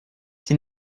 die